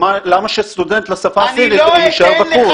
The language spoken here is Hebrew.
למה שסטודנט לשפה הסינית יישאר בקורס?